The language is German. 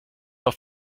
auf